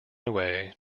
away